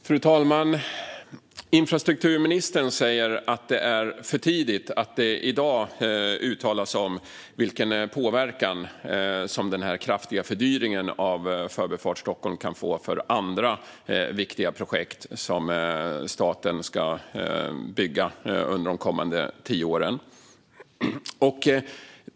Fru talman! Infrastrukturministern säger att det är för tidigt att i dag uttala sig om vilken påverkan som den kraftiga fördyringen av Förbifart Stockholm kan få för andra viktiga projekt som staten ska bygga under de kommande tio åren.